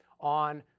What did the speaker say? on